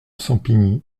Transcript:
sampigny